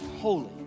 holy